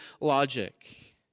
logic